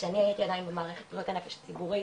כשאני הייתי עדיין במערכת בריאות הנפש הציבורית,